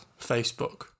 Facebook